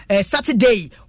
Saturday